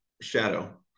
shadow